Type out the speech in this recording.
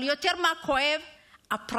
אבל מה כואב יותר?